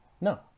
No